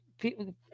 people